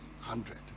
hundred